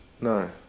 No